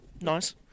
Nice